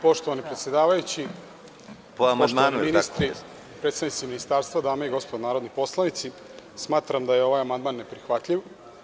Poštovani predsedavajući, poštovani ministri, predsednici ministarstva, dame i gospodo narodni poslanici, smatram da je ovaj amandman neprihvatljiv.